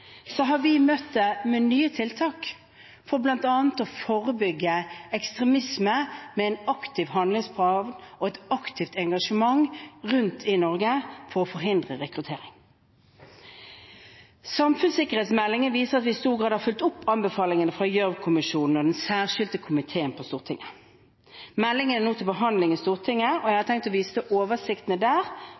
har vi møtt det med nye tiltak for bl.a. å forebygge ekstremisme med en aktiv handlingsplan og et aktivt engasjement rundt i Norge for å forhindre rekruttering. Samfunnssikkerhetsmeldingen viser at vi i stor grad har fulgt opp anbefalingene fra Gjørv-kommisjonen og Den særskilte komité på Stortinget. Meldingen er nå til behandling i Stortinget, og jeg har tenkt å vise til oversiktene der